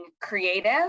creative